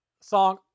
song